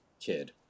kid